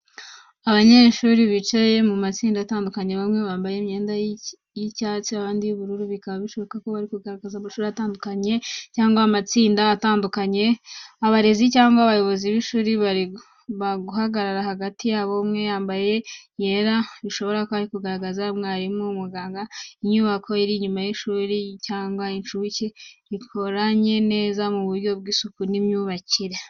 Abanyeshuri bicaye mu matsinda atandukanye, bamwe bambaye imyenda y’ishuri y’icyatsi, abandi y’ubururu, bikaba bishobora kugaragaza ko ari amashuri atandukanye cyangwa amatsinda atandukanye mu ishuri rimwe. Abarezi cyangwa abayobozi b’ishuri bari guhagarara hagati yabo, umwe wambaye yera bishobora kugaragaza ko ari umwarimu cyangwa umuganga w’ishuri. Inyubako iri inyuma isa n’ishuri ryisumbuye cyangwa iry’incuke ribanza, rikoranye neza mu buryo bw’isuku n’imyubakire.